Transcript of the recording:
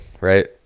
right